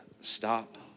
stop